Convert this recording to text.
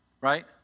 Right